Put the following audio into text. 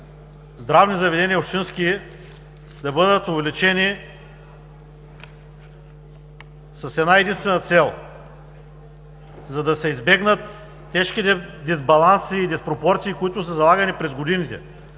общински заведения, да бъдат увеличени с една единствена цел – да се избегнат тежките дисбаланси и диспропорции, които са залагани през годините.